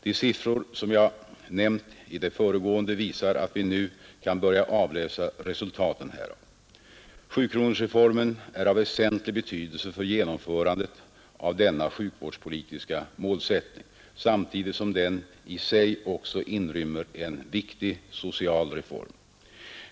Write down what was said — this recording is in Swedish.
De siffror som jag nämnt i det föregående visar att vi nu kan börja avläsa resultaten härav. Sjukronorsreformen är av väsentlig betydelse för genomförandet av denna sjukvårdspolitiska målsättning, samtidigt som den i sig också inrymmer en viktig social reform.